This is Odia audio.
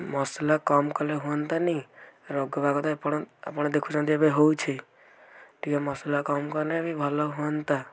ମସଲା କମ୍ କଲେ ହୁଅନ୍ତାନି ରୋଗବାଗ ତ ଏପଟ ଆପଣ ଦେଖୁଛନ୍ତି ଏବେ ହଉଛି ଟିକେ ମସଲା କମ୍ କନେ ବି ଭଲ ହୁଅନ୍ତା